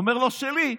הוא אומר לו: שלי.